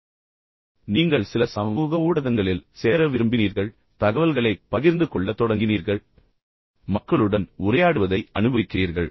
பின்னர் நீங்கள் சில சமூக ஊடகங்களில் சேர விரும்பினீர்கள் பின்னர் நீங்கள் தகவல்களைப் பகிர்ந்து கொள்ளத் தொடங்கினீர்கள் மற்றும் மக்களுடன் உரையாடுவதை அனுபவிக்கிறீர்கள்